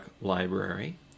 Library